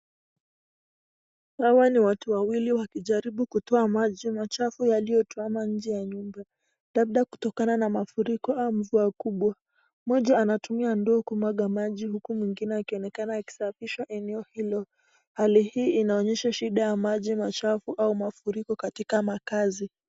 Hawa ni watu wawili wakijaribu kutoa maji machafu yaliyotuama nje ya nyumba labda kutokana na mafuriko au mvua kubwa. Mmoja anatumia ndoo kumwaga maji huku mwingine akionekana akisafisha eneo hilo. Hali hii inaonyesha shida ya maji machafu au mafuriko katika makazi.